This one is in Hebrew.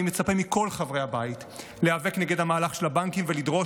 אני מצפה מכל חברי הבית להיאבק נגד המהלך של הבנקים ולדרוש